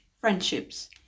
friendships